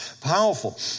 Powerful